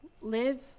live